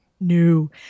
No